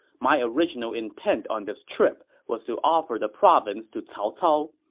my original intent on this trip was to offer the province to cao cao,